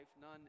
none